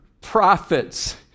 prophets